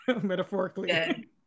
metaphorically